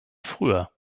früher